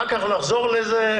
אחר כך נחזור לזה.